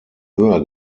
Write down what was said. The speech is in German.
höher